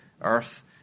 earth